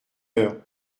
heure